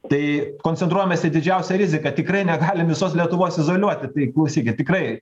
tai koncentruojamės į didžiausią riziką tikrai negalim visos lietuvos izoliuoti tai klausykit tikrai